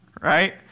Right